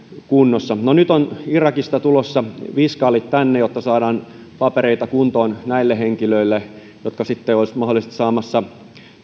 kunnossa no nyt ovat irakista tulossa viskaalit tänne jotta saadaan papereita kuntoon näille henkilöille jotka sitten olisivat mahdollisesti saamassa